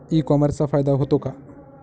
E कॉमर्सचा फायदा होतो का?